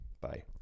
bye